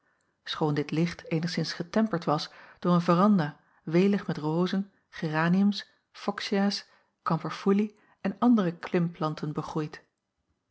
dit licht eenigszins getemperd was door een veranda welig met rozen geraniums foxiaas kamperfoelie en andere klimplanten begroeid